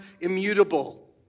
immutable